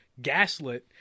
gaslit